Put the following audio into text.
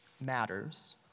matters